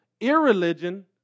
irreligion